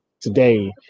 today